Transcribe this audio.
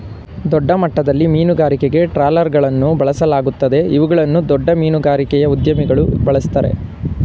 ದೊಡ್ಡಮಟ್ಟದಲ್ಲಿ ಮೀನುಗಾರಿಕೆಗೆ ಟ್ರಾಲರ್ಗಳನ್ನು ಬಳಸಲಾಗುತ್ತದೆ ಇವುಗಳನ್ನು ದೊಡ್ಡ ಮೀನುಗಾರಿಕೆಯ ಉದ್ಯಮಿಗಳು ಬಳ್ಸತ್ತರೆ